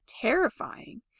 terrifying